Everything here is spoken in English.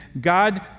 God